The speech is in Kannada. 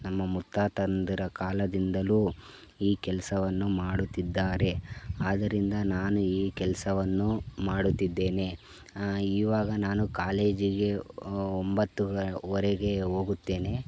ನಮ್ಮ ಮುತ್ತಾತಂದಿರ ಕಾಲದಿಂದಲೂ ಈ ಕೆಲಸವನ್ನು ಮಾಡುತ್ತಿದ್ದಾರೆ ಆದರಿಂದ ನಾನು ಈ ಕೆಲಸವನ್ನು ಮಾಡುತ್ತಿದ್ದೇನೆ ಇವಾಗ ನಾನು ಕಾಲೇಜಿಗೆ ಒಂಬತ್ತು ವರೆಗೆ ಹೋಗುತ್ತೇನೆ